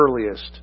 earliest